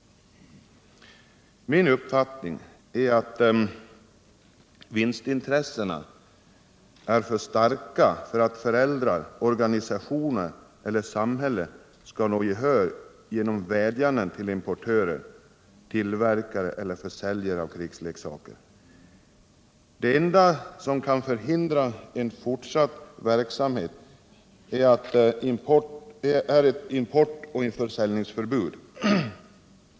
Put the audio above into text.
Min uppfattning är att vinstintressena är för starka för att föräldrar, organisationer eller samhälle skall nå gehör genom vädjanden till. importörer, tillverkare eller försäljare av krigsleksaker. Det enda som kan förhindra fortsatt verksamhet är ett importoch försäljningsförbud.